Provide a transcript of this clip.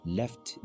left